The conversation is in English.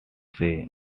say